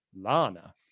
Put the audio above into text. lana